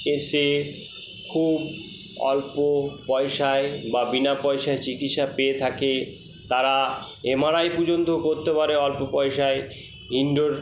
কেসে খুব অল্প পয়সায় বা বিনা পয়সায় চিকিৎসা পেয়ে থাকে তারা এম আর আই পর্যন্ত করতে পারে অল্প পয়সায় ইনডোর